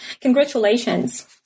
Congratulations